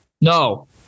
No